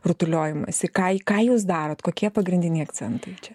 rutuliojimasį ką ką jūs darot kokie pagrindiniai akcentai čia